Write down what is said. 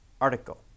article